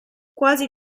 quasi